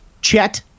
Chet